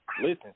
Listen